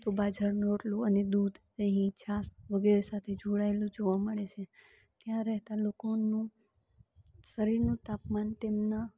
તો બાજરાનો રોટલો અને દૂધ દહીં છાશ વગેરે સાથે જોડાયેલો જોવા મળે છે ત્યાં રહેતા લોકોનું શરીરનું તાપમાન તેમના